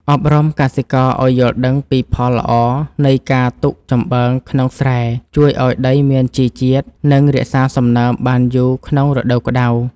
អប់រំកសិករឱ្យយល់ដឹងពីផលល្អនៃការទុកចំបើងក្នុងស្រែជួយឱ្យដីមានជីជាតិ និង រក្សាសំណើមបានយូរក្នុងរដូវក្ដៅ។